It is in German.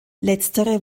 letztere